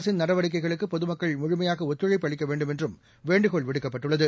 அரசின் நடவடிக்கைகளுக்குபொதுமக்கள் முழுமையாகஒத்துழைப்பு அளிக்கவேண்டுமென்றும் வேண்டுகோள் விடுக்கப்பட்டுள்ளது